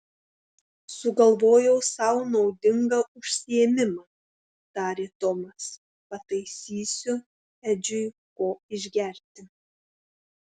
sugalvojau sau naudingą užsiėmimą tarė tomas pataisysiu edžiui ko išgerti